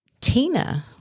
Tina